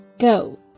go